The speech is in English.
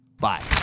bye